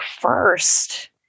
first